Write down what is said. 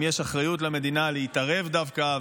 אם יש אחריות למדינה להתערב דווקא,